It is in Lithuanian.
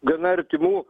gana artimų